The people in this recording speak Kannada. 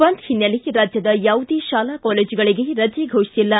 ಬಂದ್ ಹಿನ್ನೆಲೆ ರಾಜ್ಲದ ಯಾವುದೇ ಶಾಲಾ ಕಾಲೇಜುಗಳಿಗೆ ರಜೆ ಘೋಷಿಸಿಲ್ಲ